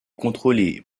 contrôlé